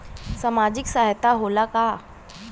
सामाजिक सहायता होला का?